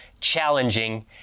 challenging